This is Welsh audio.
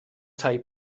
tai